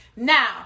Now